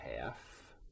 half